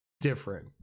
different